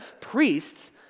priests